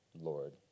Lord